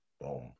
Boom